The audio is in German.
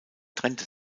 trennte